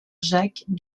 jacques